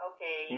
Okay